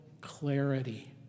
clarity